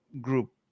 group